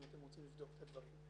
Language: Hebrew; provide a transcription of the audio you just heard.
אם אתם רוצים לבדוק את הדברים.